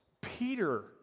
Peter